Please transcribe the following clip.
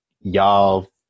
y'all